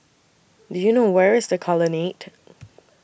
Do YOU know Where IS The Colonnade